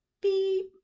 beep